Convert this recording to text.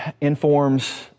informs